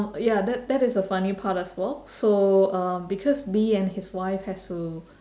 ya that that is a funny part as well so uh because B and his wife has to